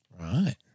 Right